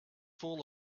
full